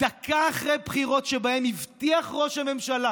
דקה אחרי בחירות שבהן הבטיח ראש הממשלה